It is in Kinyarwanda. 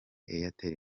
airtel